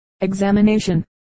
examination